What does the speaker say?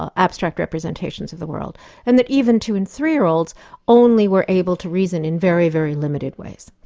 ah abstract representations of the world and that even two and three year olds only were able to reason in very, very limited ways.